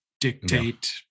dictate